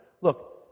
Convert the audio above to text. Look